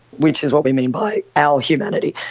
which is what we mean by our humanity,